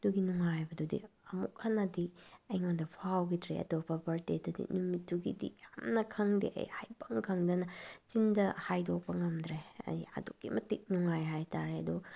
ꯑꯗꯨꯒꯤ ꯅꯨꯡꯉꯥꯏꯕꯗꯨꯗꯤ ꯑꯃꯨꯛꯍꯟꯅꯗꯤ ꯑꯩꯉꯣꯟꯗ ꯐꯥꯎꯈꯤꯗ꯭ꯔꯦ ꯑꯇꯣꯞꯄ ꯕꯥꯔꯗꯦꯗꯗꯤ ꯅꯨꯃꯤꯠꯇꯨꯒꯤꯗꯤ ꯌꯥꯝꯅ ꯈꯪꯗꯦ ꯑꯩ ꯍꯥꯏꯐꯝ ꯈꯪꯗꯅ ꯆꯤꯟꯗ ꯍꯥꯏꯗꯣꯛꯄ ꯉꯝꯗ꯭ꯔꯦ ꯑꯩ ꯑꯗꯨꯛꯀꯤ ꯃꯇꯤꯛ ꯅꯨꯡꯉꯥꯏ ꯍꯥꯏꯇꯥꯔꯦ ꯑꯗꯣ